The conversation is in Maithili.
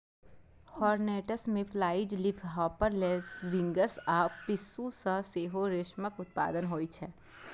हौर्नेट्स, मेफ्लाइज, लीफहॉपर, लेसविंग्स आ पिस्सू सं सेहो रेशमक उत्पादन होइ छै